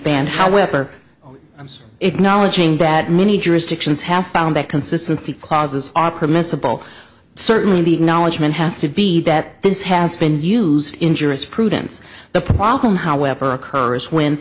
banned however i'm acknowledging that many jurisdictions have found that consistency causes are permissible certainly the acknowledgment has to be that this has been used in jurisprudence the problem however occurs when